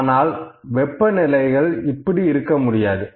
ஆனால் வெப்ப நிலைகள் இப்படி இருக்க முடியாது